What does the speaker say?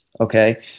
Okay